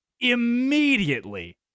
immediately